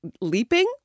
leaping